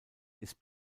ist